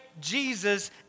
Jesus